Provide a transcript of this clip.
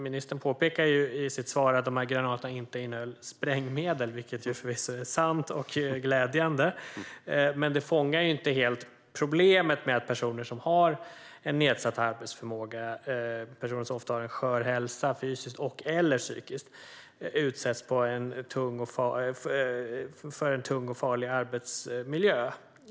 Ministern påpekar i sitt svar att dessa granater inte innehöll sprängmedel, vilket förvisso är sant och glädjande. Men det fångar inte helt problemet med att personer som har en nedsatt arbetsförmåga - personer som ofta har en skör hälsa, fysiskt och/eller psykiskt - utsätts för en tung och farlig arbetsmiljö.